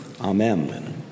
Amen